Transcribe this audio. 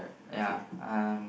ya um